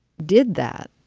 did that,